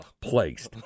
placed